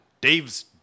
Dave's